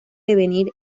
devenir